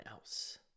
else